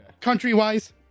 country-wise